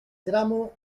tramo